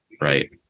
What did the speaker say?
right